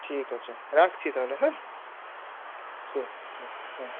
ঠিক আছে রাখছি তাহলে হ্যাঁ ঠিক ঠিক হ্যাঁ